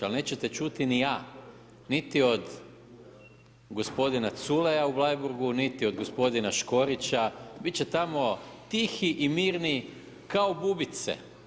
Ali nećete čuti ni „A“ niti od gospodina Culeja u Bleiburgu, niti od gospodina Škorića, biti će tamo tihi mirni kao bubice.